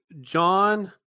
John